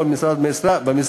כל משרד ומשרד,